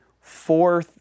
four